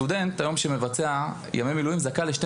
סטודנט היום שמבצע ימי מילואים זכאי לשתי